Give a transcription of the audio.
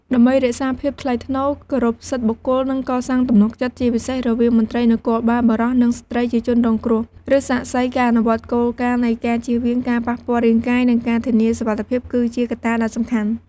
ដើម្បីរក្សាភាពថ្លៃថ្នូរ គោរពសិទ្ធិបុគ្គល និងកសាងទំនុកចិត្ត ជាពិសេសរវាងមន្ត្រីនគរបាលបុរស និងស្ត្រីជាជនរងគ្រោះ ឬសាក្សី ការអនុវត្តគោលការណ៍នៃការជៀសវាងការប៉ះពាល់រាងកាយ និងការធានាសុវត្ថិភាព គឺជាកត្តាដ៏សំខាន់។